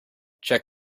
check